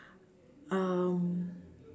um